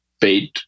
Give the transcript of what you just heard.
paid